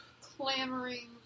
clamoring